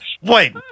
Wait